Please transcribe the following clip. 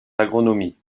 agronomie